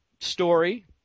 story